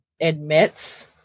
admits